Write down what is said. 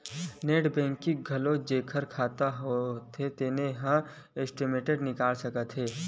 net banking म घलोक जेखर खाता हव तेन ह स्टेटमेंट निकाल सकत हे